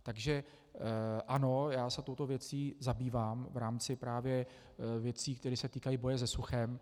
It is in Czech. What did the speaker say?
Takže ano, já se touto věcí zabývám v rámci právě věcí, které se týkají boje se suchem.